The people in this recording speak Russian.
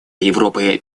европы